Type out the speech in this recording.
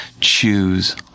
Choose